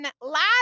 last